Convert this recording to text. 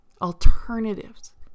alternatives